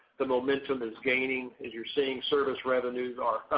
the momentum is gaining as you're seeing service revenues are